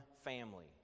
family